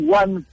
one